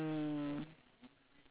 ya